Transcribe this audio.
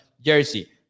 jersey